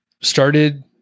started